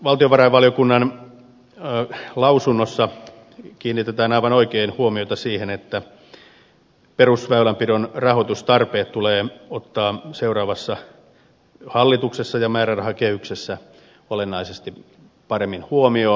valtiovarainvaliokunnan lausunnossa kiinnitetään aivan oikein huomiota siihen että perusväylänpidon rahoitustarpeet tulee ottaa seuraavassa hallituksessa ja määrärahakehyksessä olennaisesti paremmin huomioon